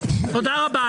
תודה רבה.